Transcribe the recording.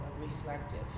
reflective